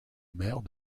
maires